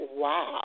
wow